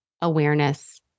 awareness